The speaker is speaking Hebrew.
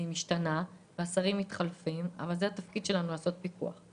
אבל זה תפקידנו, לעשות פיקוח.